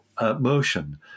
motion